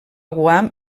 guam